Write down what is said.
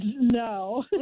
No